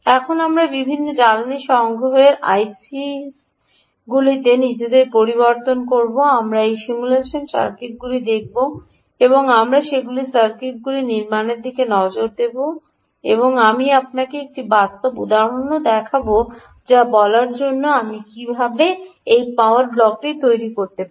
এখন আমরা বিভিন্ন জ্বালানী সংগ্রহের আইসিগুলিতে নিজেদের প্রবর্তন করব আমরা সেই সিমুলেশন সার্কিটগুলি দেখব এবং আমরা সেগুলি সার্কিটগুলি নির্মাণের দিকে নজর দেব এবং আমি আপনাকে একটি বাস্তব উদাহরণও দেখাব যা বলার জন্য আমি কীভাবে এই পাওয়ার ব্লকটি তৈরি করতে পারি